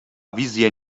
wizję